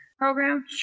program